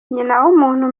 nyinawumuntu